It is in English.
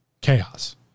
chaos